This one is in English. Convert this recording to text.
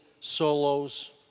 solos